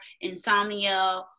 insomnia